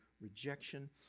rejection